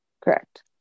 Correct